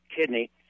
kidney